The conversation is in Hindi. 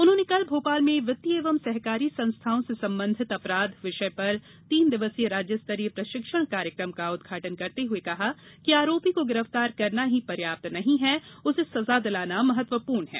उन्होंने कल भोपाल में वित्तीय एवं सहकारी संस्थाओं से संबंधित अपराध विषय पर तीन दिवसीय राज्य स्तरीय प्रशिक्षण कार्यक्रम का उदघाटन करते हुए कहा कि आरोपी को गिरफ्तार करना ही पर्याप्त नहीं है उसे सजा दिलाना महत्वपूर्ण है